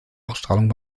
ausstrahlung